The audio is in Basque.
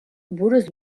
buruz